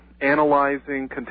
analyzing